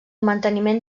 manteniment